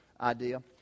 idea